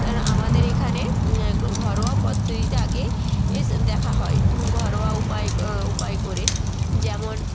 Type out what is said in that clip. কারণ আমাদের এখানে ঘরোয়া পদ্ধতিতে আগে এসে দেখা হয় ঘরোয়া উপায় উপায় করে যেমন